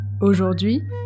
Aujourd'hui